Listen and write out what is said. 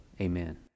Amen